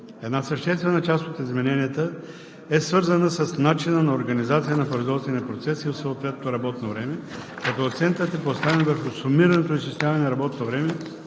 Една съществена част от измененията е свързана с начина на организация на производствения процес и съответното работно време, като акцентът е поставен върху сумираното изчисляване на работното време